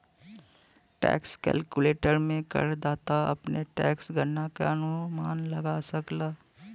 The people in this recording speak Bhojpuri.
टैक्स कैलकुलेटर में करदाता अपने टैक्स गणना क अनुमान लगा सकला